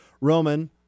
Roman